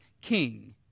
king